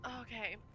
Okay